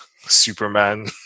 Superman